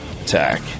attack